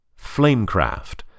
Flamecraft